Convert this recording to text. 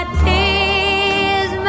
tears